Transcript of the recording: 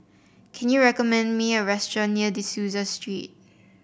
can you recommend me a restaurant near De Souza Street